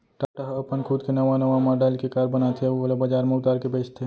टाटा ह अपन खुद के नवा नवा मॉडल के कार बनाथे अउ ओला बजार म उतार के बेचथे